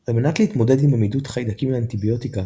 על מנת להתמודד עם עמידות חיידקים לאנטיביוטיקה